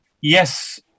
yes